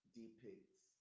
depicts